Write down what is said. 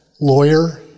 lawyer